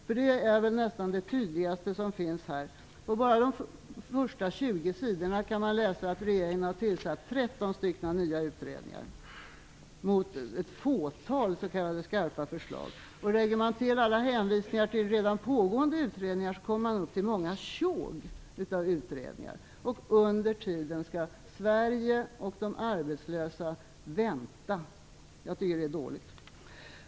Just detta är väl nästan det tydligaste här: Bara på de första 20 sidorna kan man läsa att regeringen har tillsatt 13 nya utredningar, att jämföra med ett fåtal s.k. skarpa förslag. Lägger man till alla hänvisningar till redan pågående utredningar kommer man upp i flera tjog utredningar. Under tiden skall Sverige och de arbetslösa "vänta". Jag tycker det är dåligt.